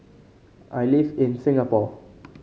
I live in Singapore